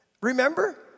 Remember